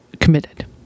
committed